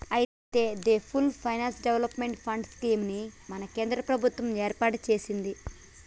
అయితే the full finance development fund scheme ని మన కేంద్ర ప్రభుత్వం ఏర్పాటు సెసింది